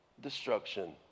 destruction